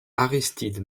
aristide